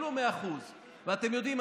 יקבלו 100%. אתם יודעים,